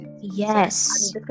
yes